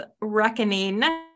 Reckoning